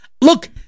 Look